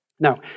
Now